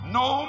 no